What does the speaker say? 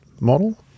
model